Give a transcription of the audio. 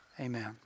Amen